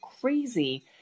crazy